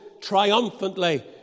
triumphantly